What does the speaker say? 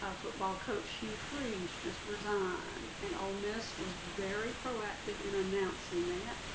football coach hugh freeze just resigned and ole miss was very proactive in announcing that.